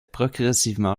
progressivement